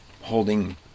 holding